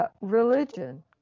religion